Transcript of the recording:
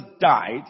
died